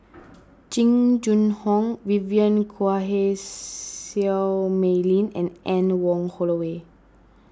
Jing Jun Hong Vivien Quahe Seah Mei Lin and Anne Wong Holloway